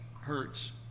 hurts